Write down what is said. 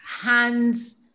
hands